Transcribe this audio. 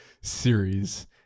series